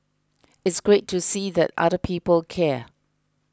it's great to see that other people care